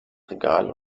regal